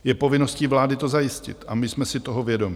Je povinností vlády to zajistit a my jsme si toho vědomi.